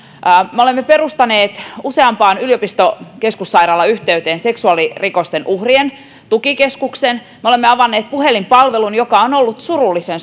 me olemme perustaneet useamman yliopistokeskussairaalan yhteyteen seksuaalirikosten uhrien tukikeskuksen me olemme avanneet puhelinpalvelun joka on ollut surullisen